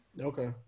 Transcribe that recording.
Okay